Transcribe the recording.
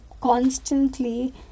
constantly